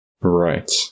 Right